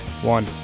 one